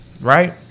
right